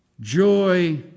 joy